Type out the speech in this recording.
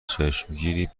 چشمگیری